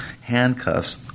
handcuffs